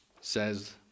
says